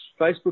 Facebook